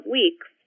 weeks